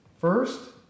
First